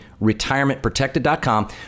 retirementprotected.com